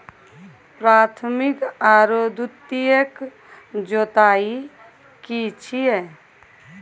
प्राथमिक आरो द्वितीयक जुताई की छिये?